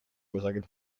kusagil